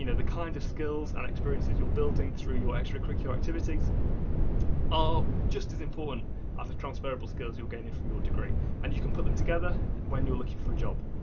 you know the kind of skills and experiences you're building through your extracurricular activities are just as important as the transferable skills you're gaining from your degree and you can put them together when you're looking for a job.